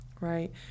right